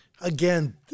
again